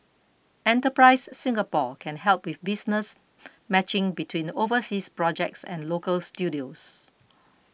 enterprise Singapore can help with business matching between overseas projects and local studios